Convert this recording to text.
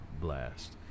Blast